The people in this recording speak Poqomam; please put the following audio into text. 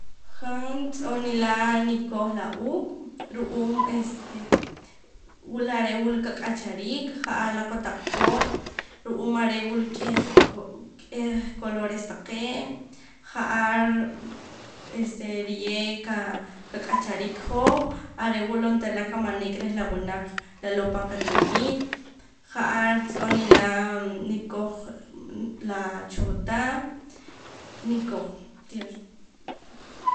Han tz'oo' nila' kikoj la uuq ru'uum este wula are' qak'achariik ja'ar la kotaq po't ru'uum are' wula k'ej k'eh colores taqee' ja'ar este riye' qa qak'acharrik hoj are' wula onteera la kamanik reh la wunaq laloo' pan qatinimiit ja'ar tz'oo' nila' nikoj laa choota nikoj tiyoox